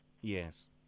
Yes